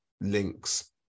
links